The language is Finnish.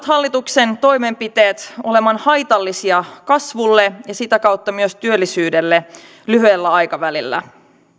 hallituksen toimenpiteet tulevat olemaan haitallisia kasvulle ja sitä kautta myös työllisyydelle lyhyellä aikavälillä